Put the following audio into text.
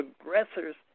aggressors